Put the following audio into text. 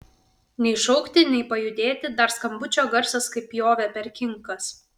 nei šaukti nei pajudėti dar skambučio garsas kaip pjovė per kinkas